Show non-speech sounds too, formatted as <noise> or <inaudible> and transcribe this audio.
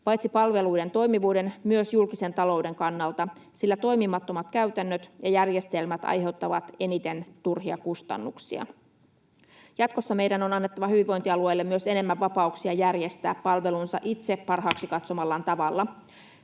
paitsi palveluiden toimivuuden myös julkisen talouden kannalta, sillä toimimattomat käytännöt ja järjestelmät aiheuttavat eniten turhia kustannuksia. Jatkossa meidän on annettava hyvinvointialueille myös enemmän vapauksia järjestää palvelunsa itse parhaaksi <noise>